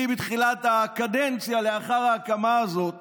אני, בתחילת הקדנציה, לאחר ההקמה הזאת